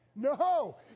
No